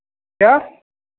क्या